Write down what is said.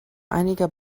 einiger